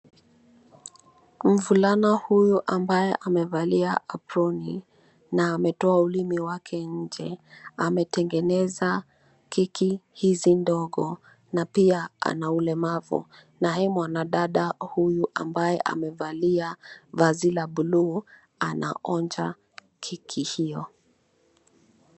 Mvulana huyu ambaye amevalia aproni na ametoa ulimi wake nje ametengeneza keki hizi ndogo na pia ana ulemavu, naye mwanadada huyu ambaye amevalia vazi la buluu anaonja keki hiyo.